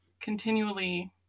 continually